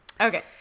Okay